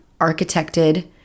architected